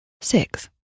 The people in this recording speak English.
six